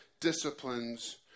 disciplines